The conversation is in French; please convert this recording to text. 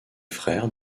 frère